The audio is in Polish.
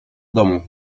domu